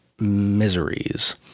miseries